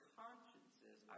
consciences